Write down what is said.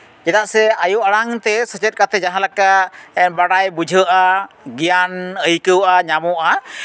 ᱪᱮᱫᱟᱜ ᱥᱮ ᱟᱭᱩ ᱟᱲᱟᱝ ᱛᱮ ᱥᱮᱪᱮᱫ ᱠᱟᱛᱮ ᱡᱟᱦᱟᱸ ᱞᱮᱠᱟ ᱵᱟᱰᱟᱭ ᱵᱩᱡᱷᱟᱹᱜᱼᱟ ᱜᱮᱭᱟᱱ ᱟ ᱭᱠᱟᱹᱜᱼᱟ ᱧᱟᱢᱚᱜᱼᱟ